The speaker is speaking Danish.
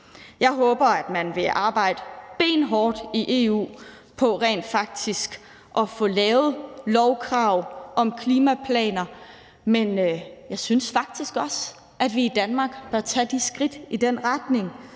Jeg håber, at man vil arbejde benhårdt i EU på rent faktisk at få lavet lovkrav om klimaplaner, men jeg synes faktisk også, at vi i Danmark bør tage de skridt i den retning